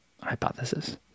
hypothesis